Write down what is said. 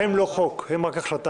הם לא חוק, הם רק החלטה.